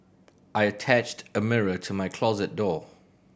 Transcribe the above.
I attached a mirror to my closet door